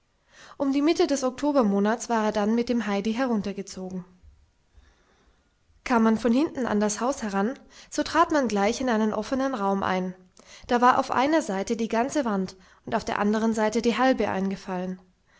um die mitte des oktobermonats war er dann mit dem heidi heruntergezogen kam man von hinten an das haus heran so trat man gleich in einen offenen raum ein da war auf einer seite die ganze wand und auf der anderen die halbe eingefallen